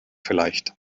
vielleicht